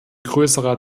größerer